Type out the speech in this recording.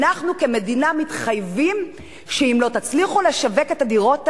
אנחנו כמדינה מתחייבים שאם לא תצליחו לשווק את הדירות האלו,